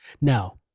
Now